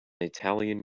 italian